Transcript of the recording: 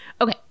Okay